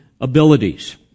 abilities